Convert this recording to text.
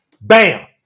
Bam